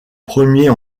premier